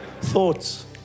Thoughts